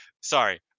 Sorry